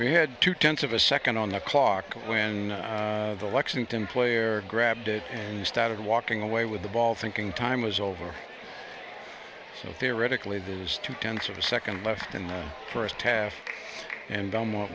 we had two tenths of a second on the clock when the lexington player grabbed it and started walking away with the ball thinking time was over so theoretically these two tenths of a second left in the first half and then what